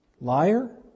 Liar